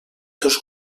dos